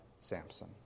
Samson